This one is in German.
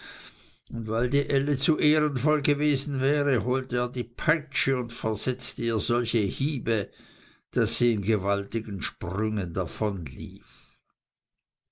und weil die elle zu ehrenvoll gewesen wäre holte er die peitsche und versetzte ihr solche hiebe daß sie in gewaltigen sprüngen